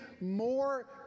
more